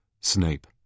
Snape